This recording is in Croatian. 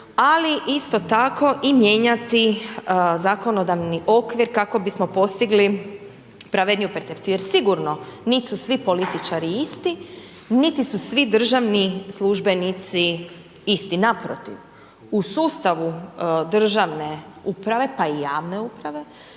ali isto tako i mijenjati zakonodavni okvir kako bismo postigli pravedniju percepciju jer sigurno nit su svi političari isti, niti su svi državni službenici isti. Naprotiv, u sustavu državne uprave, pa i javne uprave,